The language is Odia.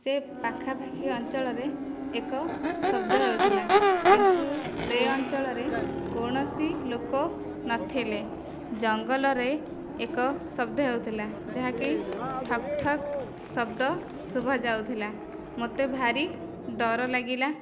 ସେ ପାଖାପାଖି ଅଞ୍ଚଳରେ ଏକ ଶବ୍ଦ ହେଉଥିଲା କିନ୍ତୁ ସେ ଅଞ୍ଚଳରେ କୌଣସି ଲୋକ ନଥିଲେ ଜଙ୍ଗଲରେ ଏକ ଶବ୍ଦ ହେଉଥିଲା ଯାହାକି ଠକ ଠକ ଶବ୍ଦ ଶୁଭା ଯାଉଥିଲା ମୋତେ ଭାରି ଡର ଲାଗିଲା